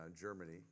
Germany